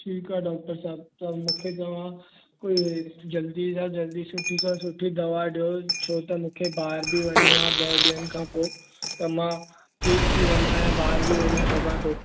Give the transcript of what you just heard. ठीक आ डॉक्टर साहिबु त मूंखे तव्हां कोई जल्दी सां जल्दी सुठी सां सुठी दवा ॾियो छो त मूंखे ॿाहिरि बि वञणो आहे ॿ ॾींहंनि खां पोइ त मां ठीकु थी वञा ऐं ॿाहिरि बि वञी सघां थो